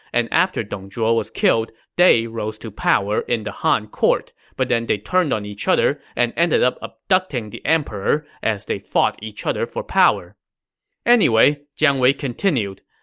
and after dong zhuo was killed, they rose to power in the han court, but then they turned on each other and ended up abducting the emperor as they fought each other for power anyway, jiang wei continued,